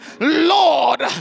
Lord